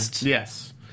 Yes